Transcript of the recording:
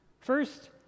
First